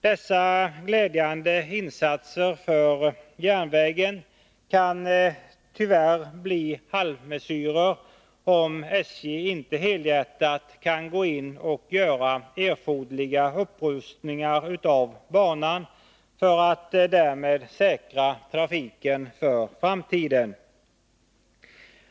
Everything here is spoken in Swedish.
Dessa glädjande insatser för järnvägen kan tyvärr bli halvmesyrer om SJ inte helhjärtat kan gå in och göra erforderliga upprustningar av banan för att därmed säkra trafiken för framtiden.